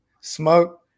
smoke